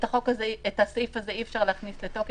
את הסעיף הזה אי-אפשר להכניס לתוקף,